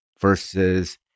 versus